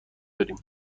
داریم